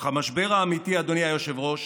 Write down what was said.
אך המשבר האמיתי, אדוני היושב-ראש,